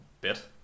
bit